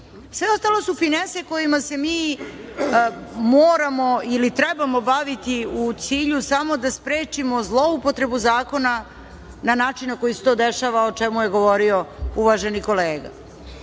sve ostalo su finese kojima se mi moramo ili trebamo baviti u cilju samo da sprečimo zloupotrebu zakona na način koji se to dešava, o čemu je govorio uvaženi kolega. Tu